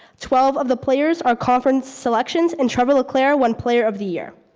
twelve of the players are conference selections and trevor laclaire won player of the year.